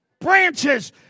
branches